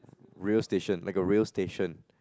rail station like a rail station